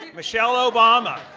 michelle obama.